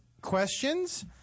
questions